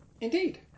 Indeed